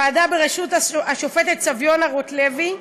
ועדה בראשות השופטת סביונה רוטלוי.